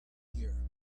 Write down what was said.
here